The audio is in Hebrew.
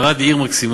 ערד היא עיר מקסימה,